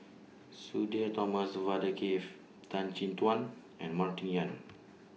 Sudhir Thomas Vadaketh Tan Chin Tuan and Martin Yan